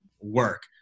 work